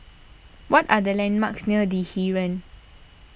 what are the landmarks near the Heeren